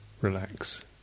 relax